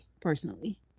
personally